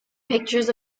pictures